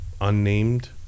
unnamed